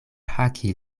haki